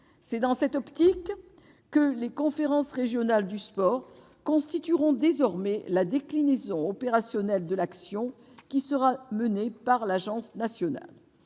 C'est dans cette optique que les conférences régionales du sport constitueront désormais la déclinaison opérationnelle de l'action qui sera menée par l'Agence. Mon